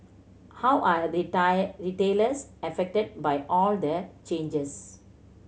how are retailers affected by all the changes